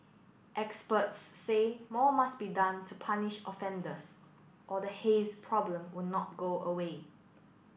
experts say more must be done to punish offenders or the haze problem will not go away